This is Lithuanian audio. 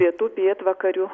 pietų pietvakarių